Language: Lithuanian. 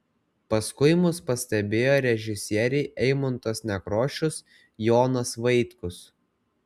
paskui mus pastebėjo režisieriai eimuntas nekrošius jonas vaitkus